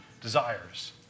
desires